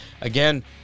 Again